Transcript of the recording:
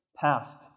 past